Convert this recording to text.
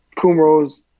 Kumro's